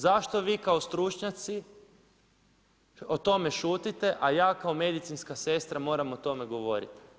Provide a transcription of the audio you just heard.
Zašto vi kao stručnjaci o tome šutite, a ja kao medicinska sestra moram o tome govoriti.